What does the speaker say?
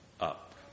up